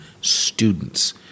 students